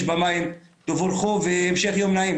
בזה אני מסיים, ויש לי הרבה מה לומר.